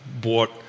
bought